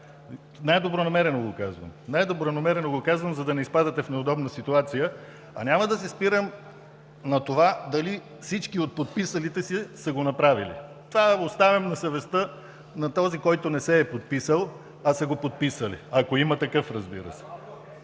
най-добронамерено, за да не изпадате в неудобна ситуация. Няма да се спирам на това дали всички от подписалите се са го направили. Това оставям на съвестта на този, който не се е подписал, а са го подписали, ако има такъв, разбира се.